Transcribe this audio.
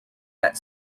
that